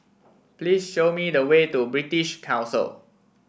please show me the way to British Council